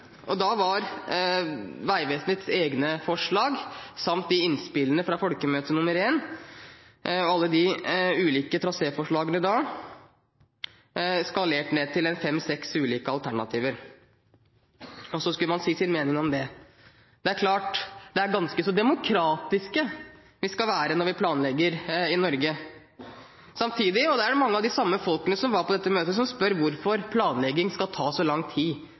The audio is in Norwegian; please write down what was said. Da var Vegvesenets egne forslag samt innspillene om alle de ulike traséforslagene fra folkemøte nummer én, skalert ned til fem–seks alternativer. Så skulle man si sin mening om det. Det er klart: Det er ganske så demokratiske vi skal være når vi planlegger i Norge. Mange av de samme folkene som var på dette møtet, spør om hvorfor planlegging skal ta så lang tid